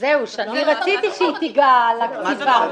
אני רציתי שהיא תיגע לקציבה,